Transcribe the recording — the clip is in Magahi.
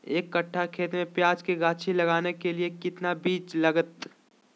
एक कट्ठा खेत में प्याज के गाछी लगाना के लिए कितना बिज लगतय?